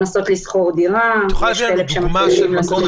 לשכור דירה וכן הלאה.